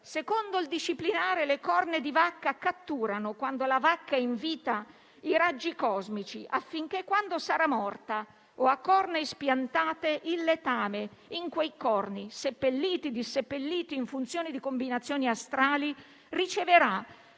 Secondo il disciplinare, le corna di vacca catturano, quando la vacca è in vita, i raggi cosmici affinché, quando sarà morta o a corna espiantate, il letame in quei corni, seppelliti e diseppelliti in funzione di combinazioni astrali, riceverà